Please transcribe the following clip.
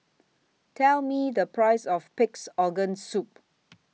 Tell Me The Price of Pig'S Organ Soup